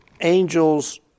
angels